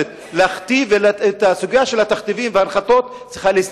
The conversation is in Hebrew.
וכשהוא סוגר את ישיבת הר-ברכה כישיבת הסדר,